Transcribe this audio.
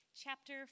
chapter